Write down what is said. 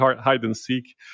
hide-and-seek